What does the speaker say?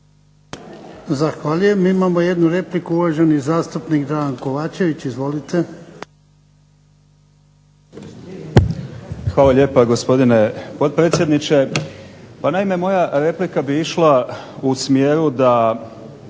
Zahvaljujem. Imamo jednu repliku, uvaženi zastupnik Dragan Kovačević. Izvolite. **Kovačević, Dragan (HDZ)** Hvala lijepa gospodine potpredsjedniče. Pa naime moja replika bi išla u smjeru da